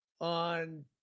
on